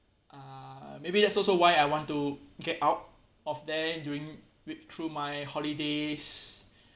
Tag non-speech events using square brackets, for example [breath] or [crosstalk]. uh maybe that's also why I want to get out of there during with through my holidays [breath] uh